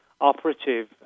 operative